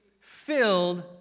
filled